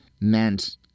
meant